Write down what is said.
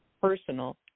personal